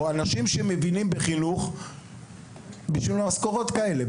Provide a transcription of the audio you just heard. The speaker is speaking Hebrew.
אנשים שמבינים בחינוך בשביל משכורות כאלה.